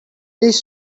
please